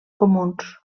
comuns